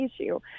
issue